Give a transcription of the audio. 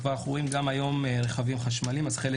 כבר אנחנו רואים היום רכבים חשמליים אז חלק